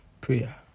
Prayer